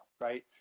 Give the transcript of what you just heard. right